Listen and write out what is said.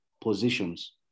positions